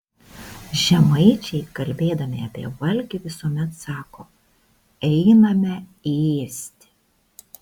žemaičiai kalbėdami apie valgį visuomet sako einame ėsti